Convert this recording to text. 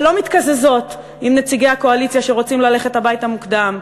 ולא מתקזזים עם נציגי הקואליציה שרוצים ללכת הביתה מוקדם.